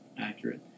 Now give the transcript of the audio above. accurate